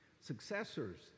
Successors